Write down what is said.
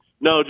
no